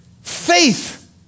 faith